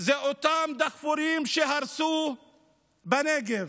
אלו אותם דחפורים שהרסו בנגב.